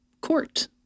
court